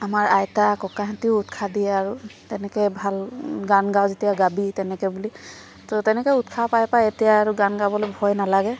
আমাৰ আইতা ককাহঁতেও উৎসাহ দিয়ে আৰু তেনেকৈ ভাল গান গাৱ যেতিয়া গাবি তেনেকৈ বুলি ত' তেনেকুৱা উৎসাহ পাই পাই এতিয়া আৰু গান গাবলৈ ভয় নালাগে